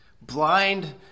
blind